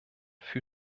für